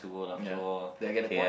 ya did I get the point